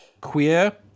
queer